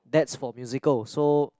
that's for musical so